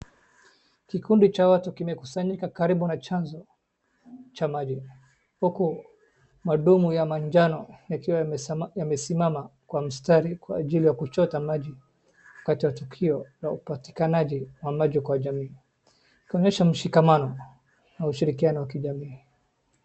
Kikundi cha watu kimekusanyika karibu na chanzo cha maji, huku mahudumu ya manjano yakiwa yamesimama kwa mstari kwa ajili ya kuchota maji wakati wa tukio la upatikanaji wa maji kwa jamii. Kuonyesha mshikamano na ushirikiano wa jamii.